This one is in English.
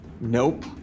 Nope